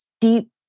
deep